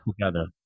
together